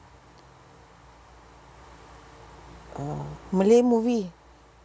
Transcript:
uh malay movie